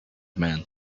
man